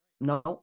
no